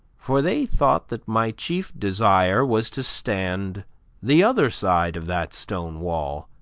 for they thought that my chief desire was to stand the other side of that stone wall.